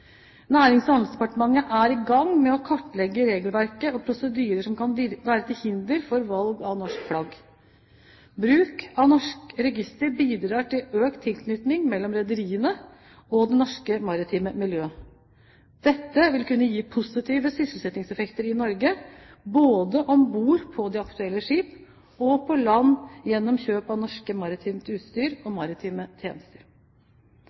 kartlegge regelverk og prosedyrer som kan være til hinder for valg av norsk flagg. Bruk av norsk register bidrar til økt tilknytning mellom rederiene og det norske maritime miljøet. Dette vil kunne gi positive sysselsettingseffekter i Norge både om bord på de aktuelle skip og på land gjennom kjøp av norsk maritimt utstyr og maritime tjenester.